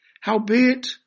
Howbeit